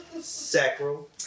Sacral